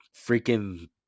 freaking